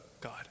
God